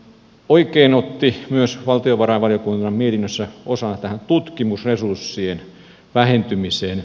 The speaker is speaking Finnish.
oikein otettiin myös valtiovarainvaliokunnan mietinnössä osaa tähän tutkimusresurssien vähentymiseen